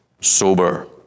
Sober